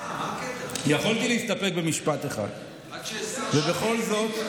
יכולתי להסתפק במשפט אחד, ובכל זאת,